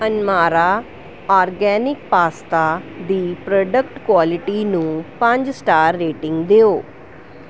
ਅਨਮਾਰਾ organic pasta ਦੀ product quality ਨੂੰ ਪੰਜ ਸਟਾਰ ਰੇਟਿੰਗ ਦਿਓ